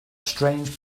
strange